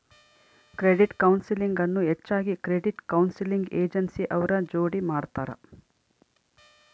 credit counseling ಅನ್ನು ಹೆಚ್ಚಾಗಿ credit counseling agency ಅವ್ರ ಜೋಡಿ ಮಾಡ್ತರ